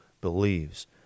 believes